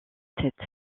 tête